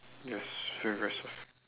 yes very very soft